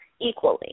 equally